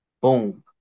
Boom